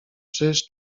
czyż